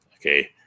Okay